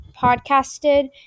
podcasted